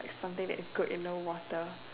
something that is good in the water